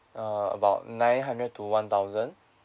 err about nine hundred to one thousand